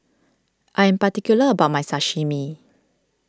I am particular about my Sashimi